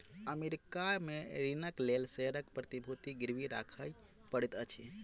America में ऋणक लेल शेयरक प्रतिभूति गिरवी राखय पड़ैत अछि